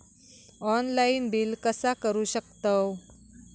Online bill कसा करु शकतव?